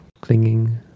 clinging